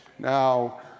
Now